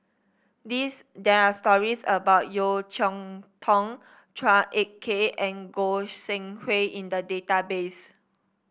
this there are stories about Yeo Cheow Tong Chua Ek Kay and Goi Seng Hui in the database